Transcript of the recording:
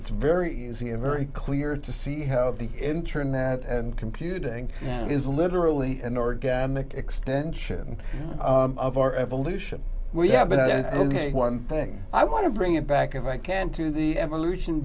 it's very easy and very clear to see how the internet and computing is literally an organic extension of our evolution we have been at it and one thing i want to bring it back if i can to the evolution